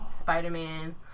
spider-man